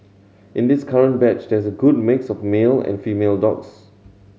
in this current batch there is a good mix of male and female dogs